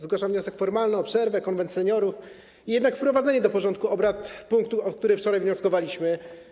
Zgłaszam wniosek formalny o przerwę, zwołanie Konwentu Seniorów i wprowadzenie do porządku obrad punktu, o który wczoraj wnioskowaliśmy.